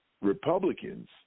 Republicans